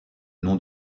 nom